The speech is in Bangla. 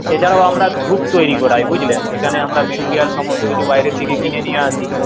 এছাড়াও আমরা ধূপ তৈরি করাই বুঝলেন এখানে আমরা মেটিরিয়াল সমস্ত কিছু বাইরে থেকে কিনে নিয়ে আসি